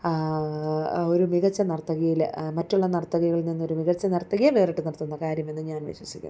ഒരു മികച്ച നർത്തകിയില് മറ്റുള്ള നർത്തകികളിൽ നിന്നൊരു മികച്ച നർത്തകിയെ വേറിട്ട് നിർത്തുന്ന കാര്യമെന്ന് ഞാൻ വിശ്വസിക്കുന്നു